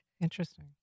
Interesting